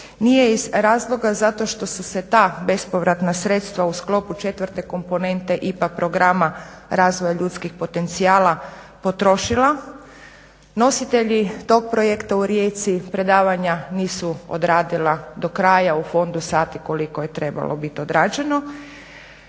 Nije iz razloga zato što su se ta bespovratna sredstva u sklopu četvrte komponente IPA programa razvoja ljudskih potencijala potrošila. Nositelji tog projekta u Rijeci predavanja nisu odradila do kraja u fondu sati koliko je trebalo biti odrađeno.